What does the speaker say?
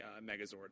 Megazord